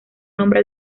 nombre